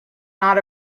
not